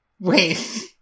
Wait